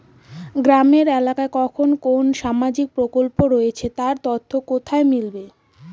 গ্রামের এলাকায় কখন কোন সামাজিক প্রকল্প রয়েছে তার তথ্য কোথায় মিলবে?